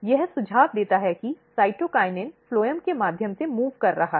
यह सुझाव देता है कि साइटोकिनिन फ्लोएम के माध्यम से मूव़ कर रहा है